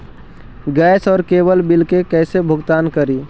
Gas और cable bill के कैसे भुगतान करी?